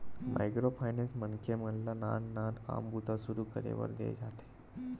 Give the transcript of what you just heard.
micro finance मनखे मन ल नान नान काम बूता सुरू करे बर देय जाथे